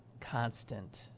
constant